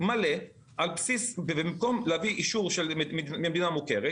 מלא במקום להביא אישור ממדינה מוכרת?